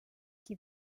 qui